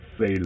say